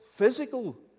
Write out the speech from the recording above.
physical